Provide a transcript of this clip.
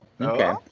okay